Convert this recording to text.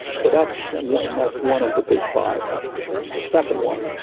so that's one and that's one of the big five second one.